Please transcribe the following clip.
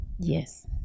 yes